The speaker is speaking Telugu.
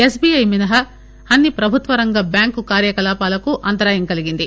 ఎస్బిఐ మినహా అన్ని ప్రభుత్వ రంగ బ్యాంకు కార్యకలాపాలకు అంతరాయం కలిగింది